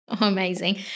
Amazing